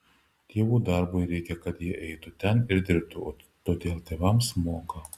tėvų darbui reikia kad jie eitų ten ir dirbtų todėl tėvams moka